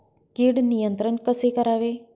कीड नियंत्रण कसे करावे?